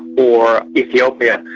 or ethiopia,